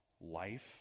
life